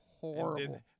horrible